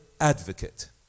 advocate